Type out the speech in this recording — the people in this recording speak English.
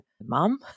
mum